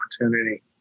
opportunity